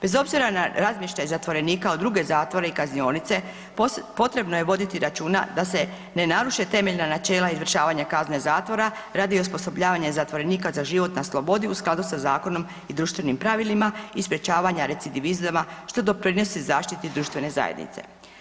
Bez obzira na razmještaj zatvorenika u druge zatvore i kaznionice potrebno je voditi računa da se ne naruše temeljna načela izvršavanja kazne zatvora radi osposobljavanja zatvorenika za život na slobodi u skladu sa zakonom i društvenim pravilima i sprječavanja recidivizama što doprinosi zaštiti društvene zajednice.